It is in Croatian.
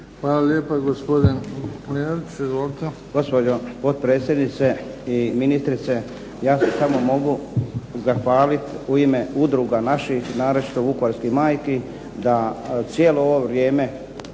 Hvala lijepa. Gospodin